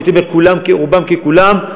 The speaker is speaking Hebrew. הייתי אומר רובן ככולן,